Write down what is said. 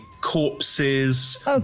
corpses